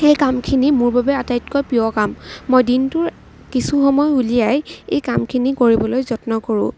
কামখিনি মোৰ বাবে আটাইতকৈ প্ৰিয় কাম মই দিনটোৰ কিছু সময় উলিয়াই এই কামখিনি কৰিবলৈ যত্ন কৰোঁ